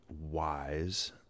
wise